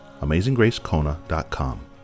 AmazingGraceKona.com